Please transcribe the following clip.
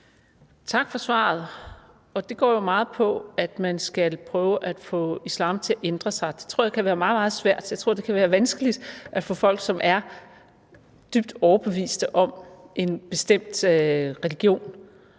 Tak for svaret, som jo går meget på, at man skal prøve på at få islam til ændre sig, og det tror jeg kan være meget, meget svært. Jeg tror, det kan være vanskeligt at få folk, som er dybt overbeviste i forbindelse med en bestemt religion